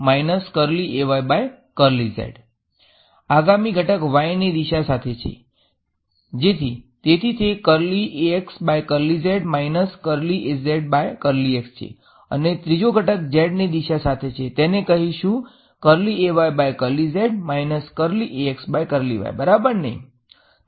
આગામી ઘટક ની દિશા સાથે છે જેથી તેથી તે છે અને ત્રીજો ઘટ્ક ની દિશા સાથે છે તેને કહીશુ બરાબર